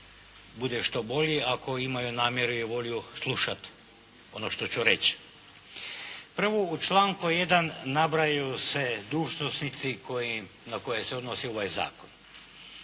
bude što bolji ako imaju namjeru i volju slušati ono što ću reći. Prvo u članku 1. nabrajaju se dužnosnici na koje se odnosi ovaj zakon.